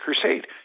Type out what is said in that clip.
crusade